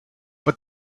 but